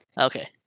Okay